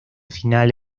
final